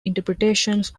interpretations